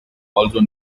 also